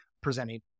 presenting